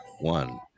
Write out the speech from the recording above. one